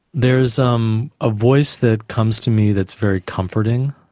there is um a voice that comes to me that's very comforting,